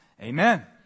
Amen